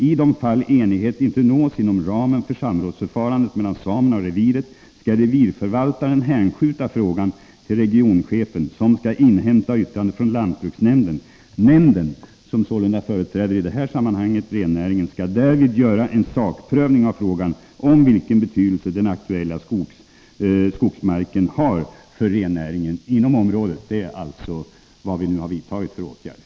I de fall enighet inte nås inom ramen för samrådsförfarandet mellan samerna och reviret, skall revirförvaltaren hänskjuta frågan till regionchefen som skall inhämta yttrande från lantbruksnämnden. Lantbruksnämnden, som sålunda i det här sammanhanget företräder rennäringen, skall därvid göra en sakprövning av frågan om vilken betydelse den aktuella skogsmarken har för rennäringen inom området. Detta är alltså vad vi nu har vidtagit för åtgärder.